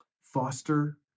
foster